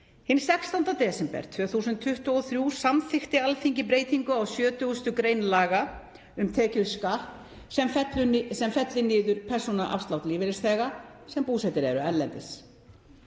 Hinn 16. desember 2023 samþykkti Alþingi breytingu á 70. gr. laga um tekjuskatt sem fellir niður persónuafslátt lífeyrisþega sem búsettir eru erlendis.